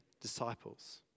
disciples